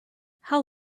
how